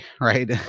Right